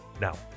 now